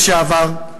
לשעבר,